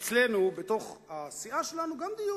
אצלנו, בסיעה שלנו, גם דיון.